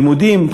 לימודים,